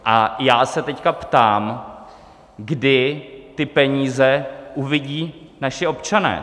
A já se teď ptám, kdy ty peníze uvidí naši občané.